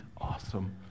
awesome